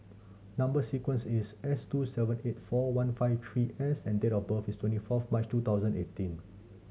number sequence is S two seven eight four one five three S and date of birth is twenty fourth March two thousand eight